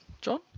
John